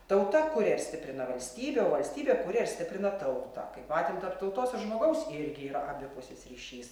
tauta kuria ir stiprina valstybę o valstybė kuria ir stiprina tautą kaip matėm tarp tautos žmogaus irgi yra abipusis ryšys